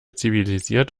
zivilisiert